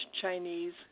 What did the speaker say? Chinese